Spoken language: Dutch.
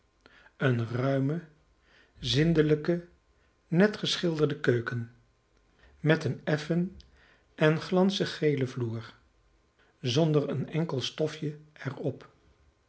eene ruime zindelijke net geschilderde keuken met een effen en glanzig gelen vloer zonder een enkel stofje er